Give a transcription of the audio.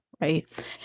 Right